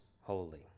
holy